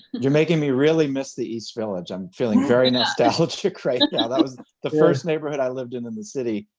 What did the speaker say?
you're making me really miss the east village. i'm feeling very nostalgic right now. that was the first neighborhood i lived in and the city,